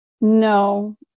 no